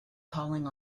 calling